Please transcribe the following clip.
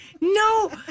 No